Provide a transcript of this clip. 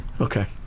Okay